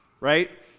right